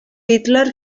hitler